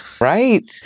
Right